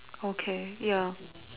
okay ya